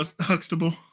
Huxtable